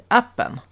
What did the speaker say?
appen